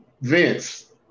Vince